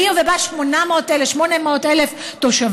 בעיר שבה 800,000 תושבים,